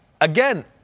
again